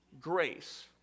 grace